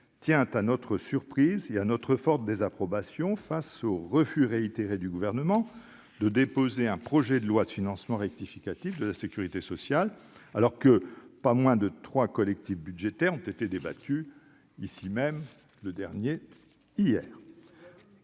tient à notre surprise et à notre forte désapprobation face au refus réitéré du Gouvernement de déposer un projet de loi de financement rectificative de la sécurité sociale, alors que pas moins de trois collectifs budgétaires ont été débattus- le dernier, ici